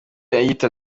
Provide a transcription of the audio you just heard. yita